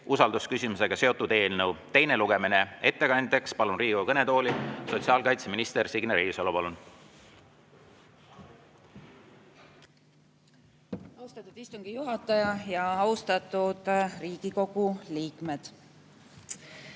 (usaldusküsimusega seotud eelnõu) teine lugemine. Ettekandjaks palun Riigikogu kõnetooli sotsiaalkaitseminister Signe Riisalo. Palun! Austatud istungi juhataja! Austatud Riigikogu liikmed!